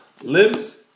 limbs